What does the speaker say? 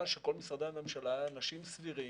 שבכל משרדי הממשלה יש אנשים סבירים,